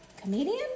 Comedian